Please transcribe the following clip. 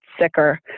sicker